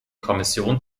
kommission